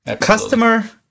Customer